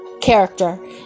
character